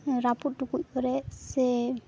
ᱨᱟᱹᱯᱩᱫ ᱴᱩᱠᱩᱡ ᱠᱚᱨᱮ ᱥᱮ